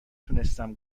تونستم